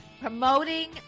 promoting